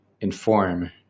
inform